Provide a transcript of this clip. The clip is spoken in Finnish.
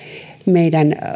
meidän